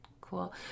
Cool